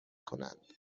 کنند